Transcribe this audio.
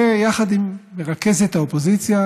ויחד עם מרכזת האופוזיציה